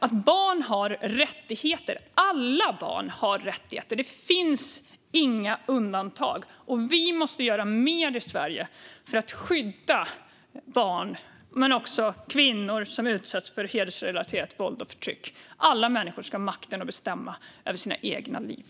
Alla barn har rättigheter. Det finns inga undantag. Vi måste göra mer i Sverige för att skydda barn men också kvinnor som utsätts för hedersrelaterat våld och förtryck. Alla människor ska ha makten att bestämma över sitt eget liv.